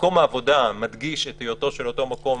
מקום העבודה מדגיש את היותו של אותו מקום